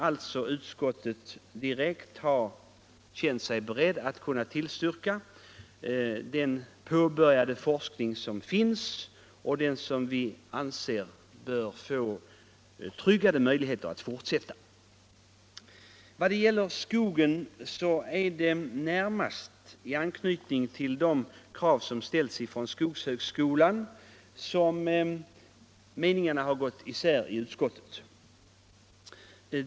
Utskottet har alltså känt sig berett att tillstyrka den forskning som påbörjats och som vi anser bör få tryggade möjligheter att fortsätta. Beträffande skogen är det närmast i fråga om de krav som ställts från skogshögskolan som meningarna har gått isär i utskottet.